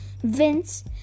Vince